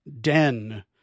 den